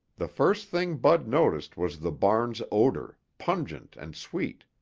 the first thing bud noticed was the barn's odor, pungent and sweet,